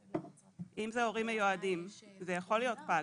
אם זה הורים מיועדים, זה יכול להיות פג.